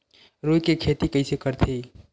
रुई के खेती कइसे करथे?